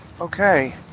Okay